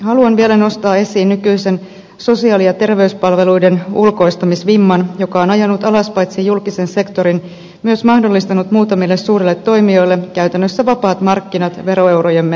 haluan vielä nostaa esiin nykyisen sosiaali ja terveyspalveluiden ulkoistamisvimman joka on paitsi ajanut alas julkisen sektorin myös mahdollistanut muutamille suurille toimijoille käytännössä vapaat markkinat veroeurojemme hyväksikäytössä